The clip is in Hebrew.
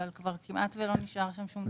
אבל כמעט ולא נשאר שם שום דבר.